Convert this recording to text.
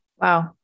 Wow